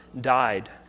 died